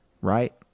Right